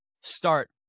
start